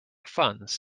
funds